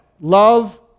love